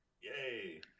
Yay